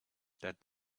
that